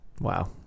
wow